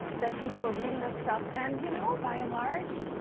that people were reading this stuff and, you know by and large,